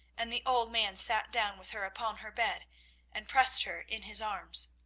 and the old man sat down with her upon her bed and pressed her in his arms.